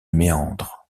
méandre